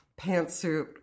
pantsuit